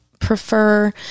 prefer